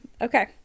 Okay